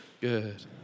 Good